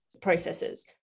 processes